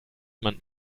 man